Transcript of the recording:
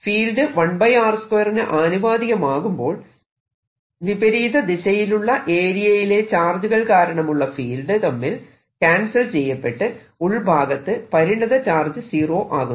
എന്നാൽ field 1 r 2 നു ആനുപാതികമാകുമ്പോൾ വിപരീത ദിശയിലുള്ള ഏരിയയിലെ ചാർജുകൾ കാരണമുള്ള ഫീൽഡ് തമ്മിൽ ക്യാൻസൽ ചെയ്യപ്പെട്ട് ഉൾഭാഗത്ത് പരിണത ചാർജ് സീറോ ആകുന്നു